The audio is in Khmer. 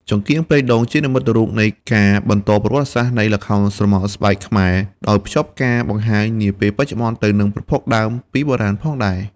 អណ្ដាតភ្លើងរបស់ចង្កៀងប្រេងដូង ធ្លាប់ជានិមិត្តរូបនៃវត្តមានដ៏ទេវភាព អំឡុងពេលសម្តែងឧទ្ទិសដល់វិញ្ញាណ និងដូនតា។